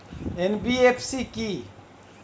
NBFC কী?